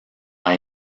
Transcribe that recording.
hay